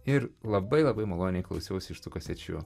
ir labai labai maloniai klausiausi iš tų kasečių